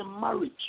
marriage